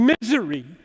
misery